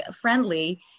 friendly